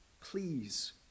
please